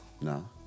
no